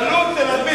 התנחלות תל-אביב,